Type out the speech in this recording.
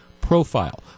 profile